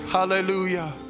Hallelujah